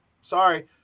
Sorry